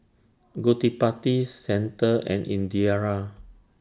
Gottipati Santha and Indira